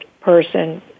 person